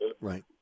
Right